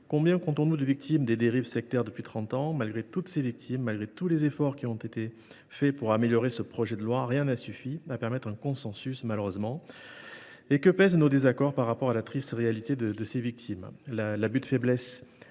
Combien comptons nous de victimes des dérives sectaires depuis trente ans ? Malgré toutes ces victimes, malgré tous les efforts qui ont été faits pour améliorer ce projet de loi, rien n’a suffi pour obtenir un consensus, malheureusement. Que pèsent nos désaccords par rapport à la triste réalité de ces victimes ? L’abus de faiblesse,